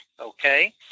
Okay